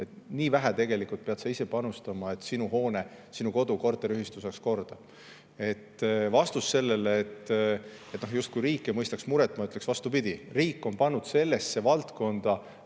Nii vähe pead sa ise panustama, et sinu hoone, sinu kodu korteriühistu saaks korda teha. Vastus sellele, justkui riik ei mõistaks muret. Ma ütleksin, vastupidi: riik on pannud sellesse valdkonda